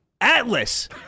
Atlas